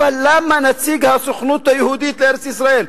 אבל למה נציג הסוכנות היהודית לארץ-ישראל?